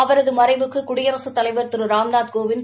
அவரது மறைவுக்கு குடியரகத் தலைவர் திரு ராம்நாத்கோவிந்த்